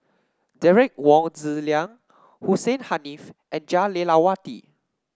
Derek Wong Zi Liang Hussein Haniff and Jah Lelawati